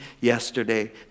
yesterday